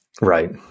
Right